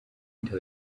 until